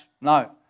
No